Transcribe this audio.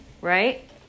Right